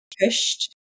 pushed